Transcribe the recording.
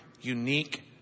unique